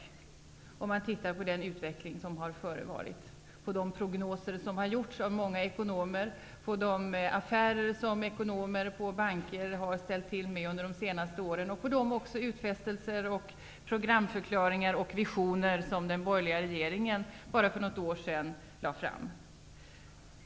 Det verkar inte så om man tittar på den utveckling som har förevarit, på de prognoser som har gjorts av många ekonomer och på de affärer som ekonomer på banker har ställt till med de senaste åren samt på de utfästelser, programförklaringar och visioner som den borgerliga regeringen bara för något år sedan lade fram.